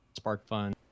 SparkFun